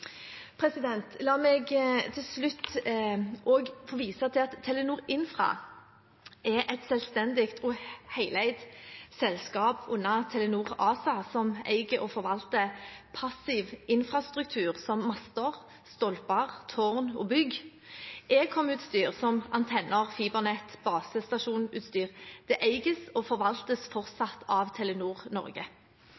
La meg til slutt også få vise til at Telenor Infra er et selvstendig og heleid selskap under Telenor ASA, som eier og forvalter passiv infrastruktur, som master, stolper, tårn og bygg. Ekomutstyr, som antenner, fibernett og basestasjonsutstyr, eies og forvaltes